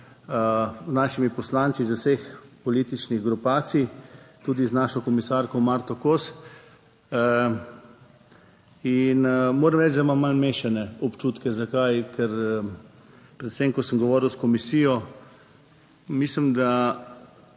z našimi poslanci iz vseh političnih grupacij, tudi z našo komisarko Marto Kos. In moram reči, da imam malo mešane občutke, zakaj, ker predvsem, ko sem govoril s komisijo, mislim, da